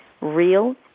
Real